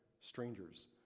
strangers